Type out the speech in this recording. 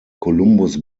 columbus